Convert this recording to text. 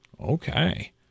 Okay